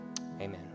Amen